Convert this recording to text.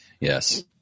Yes